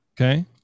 Okay